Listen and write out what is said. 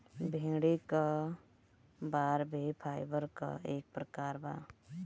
भेड़ी क बार भी फाइबर क एक प्रकार बा